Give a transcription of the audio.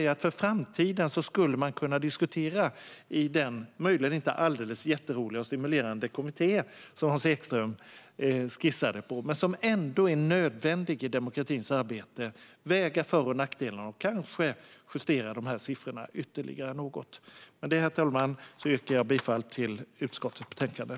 Men vi säger: I framtiden skulle man kunna diskutera detta i den kommitté som Hans Ekström skissade på, som möjligen inte är jätterolig och stimulerande men som ändå är nödvändig i demokratins arbete. Då skulle man kunna väga fördelar och nackdelar och kanske justera dessa siffror ytterligare något. Med detta, herr talman, yrkar jag bifall till utskottets förslag i betänkandet.